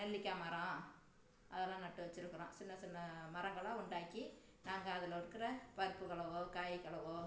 நெல்லிக்காய் மரம் அதெல்லாம் நட்டு வச்சிருக்குறோம் சின்னச் சின்ன மரங்களாக உண்டாக்கி நாங்கள் அதில் இருக்கிற பருப்புகளவோ காய்களவோ